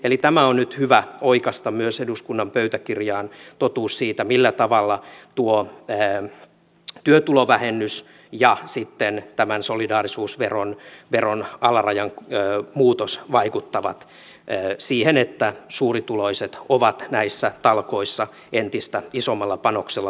eli tämä on nyt hyvä oikaista myös eduskunnan pöytäkirjaan totuus siitä millä tavalla tuo työtulovähennys ja sitten tämän solidaarisuusveron alarajan muutos vaikuttavat siihen että suurituloiset ovat näissä talkoissa entistä isommalla panoksella mukana